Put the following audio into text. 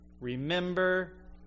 remember